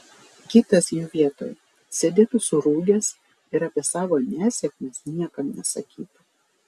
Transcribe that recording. kitas jų vietoj sėdėtų surūgęs ir apie savo nesėkmes niekam nesakytų